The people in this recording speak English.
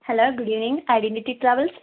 hello good evening identity travels